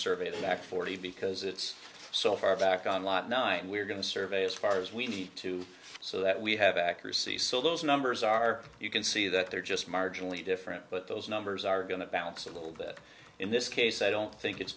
survey the back forty because it's so far back on lot nine we're going to survey as far as we need to so that we have accuracy so those numbers are you can see that they're just marginally different but those numbers are going to bounce a little bit in this case i don't think it's